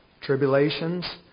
tribulations